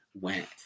went